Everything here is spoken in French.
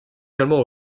également